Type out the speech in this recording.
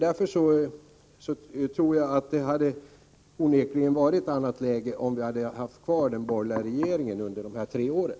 Därför hade det onekligen varit ett annat läge om vi hade haft kvar en borgerlig regering under de här tre åren.